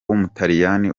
w’umutaliyani